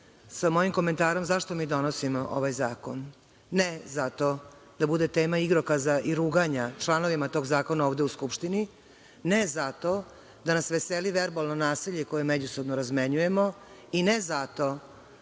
sa mojim komentarom - zašto mi donosimo ovaj zakon? Ne zato da bude tema igrokaza i ruganja članovima tog zakona ovde u Skupštini, ne zato da nas veseli verbalno nasilje koje međusobno razmenjujemo i ne zato